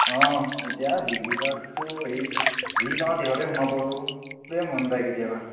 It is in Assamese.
অঁ এতিয়া ডিগ্ৰী পাছটো এই যি পাওঁ তিহঁতে সোমাবলেই মন যায় কেতিয়াবা